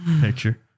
Picture